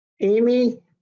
Amy